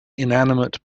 inanimate